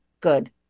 Good